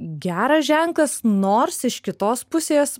geras ženklas nors iš kitos pusės